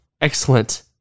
excellent